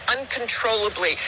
uncontrollably